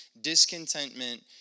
discontentment